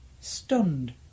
Stunned